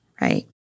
right